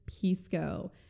Pisco